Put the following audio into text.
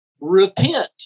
Repent